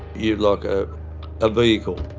you're like a ah vehicle.